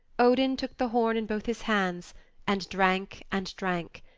odin took the horn in both his hands and drank and drank.